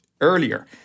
earlier